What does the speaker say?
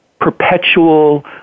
perpetual